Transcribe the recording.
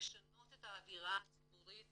לשנות את האווירה הציבורית